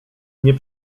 nie